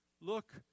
Look